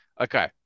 okay